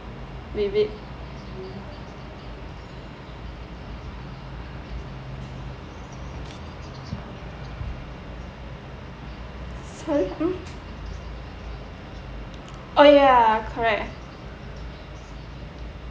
with it sorry group oh ya correct